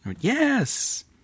Yes